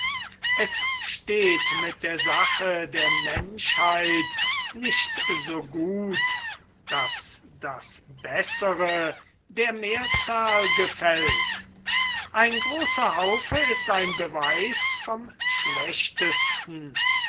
es steht mit der sache der menschheit nicht so gut daß das bessere der mehrzahl gefällt ein großer haufe ist ein beweis vom schlechtesten